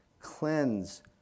Cleanse